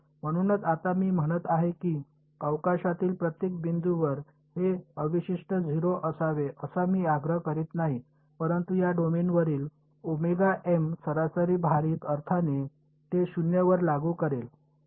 म्हणून आता मी म्हणत आहे की अवकाशातील प्रत्येक बिंदूवर हे अवशिष्ट 0 असावे असा मी आग्रह करीत नाही परंतु या डोमेनवरील सरासरी भारित अर्थाने ते 0 वर लागू करेल